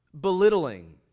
belittling